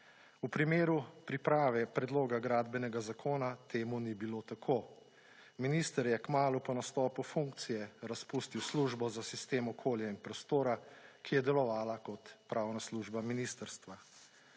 V primeru priprave predloga Gradbenega zakona temu ni bilo tako. Minister je kmalu po nastopu funkcije razpustil službo za sistem okolja in prostora, ki je delovala kot pravna služba ministrstva.